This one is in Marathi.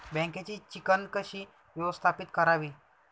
बँकेची चिकण कशी व्यवस्थापित करावी?